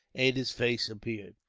ada's face appeared.